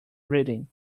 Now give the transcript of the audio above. reading